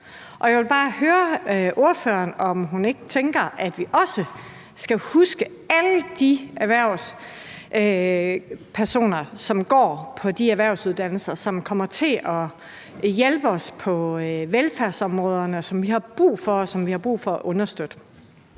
Jeg vil bare høre ordføreren, om hun ikke tænker, at vi også skal huske alle elever, som går på de erhvervsuddannelser, som kommer til at hjælpe os på velfærdsområderne, som vi har brug for, og som vi har brug for at understøtte.